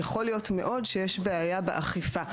יכול מאוד להיות שיש בעיה באכיפה.